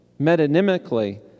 metonymically